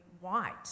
white